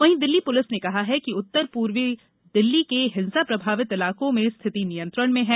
वहीं दिल्ली पुलिस ने कहा है कि उत्तर पूर्वी दिल्ली के हिंसा प्रभावित इलाकों में स्थिति नियंत्रण में है